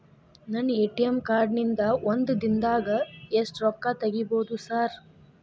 ನನ್ನ ATM card ನಿಂದಾ ಒಂದ್ ದಿಂದಾಗ ಎಷ್ಟ ರೊಕ್ಕಾ ತೆಗಿಬೋದು ಸಾರ್?